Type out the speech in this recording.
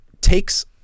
takes